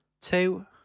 Two